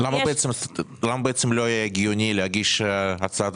למה בעצם לא היה הגיוני להגיש הצעת